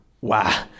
Wow